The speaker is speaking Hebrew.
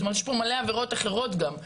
זאת אומרת יש פה הרבה עבירות אחרות גם,